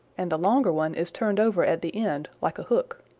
and the longer one is turned over at the end like a hook.